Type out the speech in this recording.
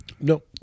No